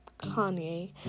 Kanye